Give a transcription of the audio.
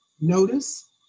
notice